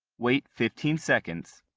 wait fifteen seconds.